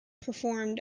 performed